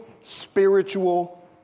spiritual